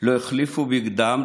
לא החליפו בגדם,